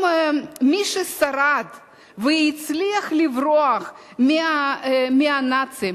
אם מי ששרד והצליח לברוח מהנאצים,